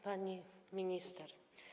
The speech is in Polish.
Pani Minister!